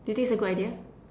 do you think it's a good idea